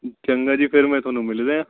ਚੰਗਾ ਜੀ ਫਿਰ ਮੈਂ ਤੁਹਾਨੂੰ ਮਿਲ ਰਿਹਾ